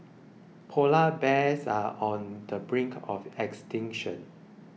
Polar Bears are on the brink of extinction